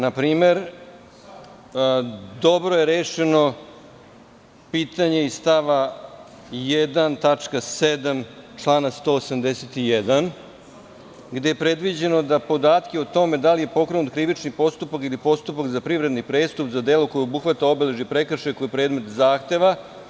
Na primer, dobro i rešeno pitanje iz stava 1. tačka 7. člana 181, gde je predviđeno da podatke o tome da li je pokrenut krivični postupak ili postupak za privredni prestup za delo koje obuhvata obeležje prekršaja koji je predmet zahteva.